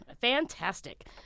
Fantastic